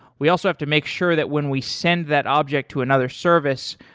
we also have to make sure that when we send that object to another service,